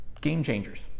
game-changers